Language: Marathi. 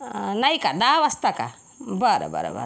नाही का दहा वाजता का बरं बरं बरं